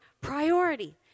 priority